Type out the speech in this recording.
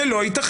זה לא ייתכן.